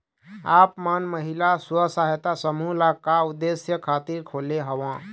आप मन महिला स्व सहायता समूह ल का उद्देश्य खातिर खोले हँव?